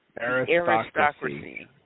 Aristocracy